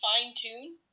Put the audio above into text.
fine-tune